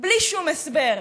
בלי שום הסבר.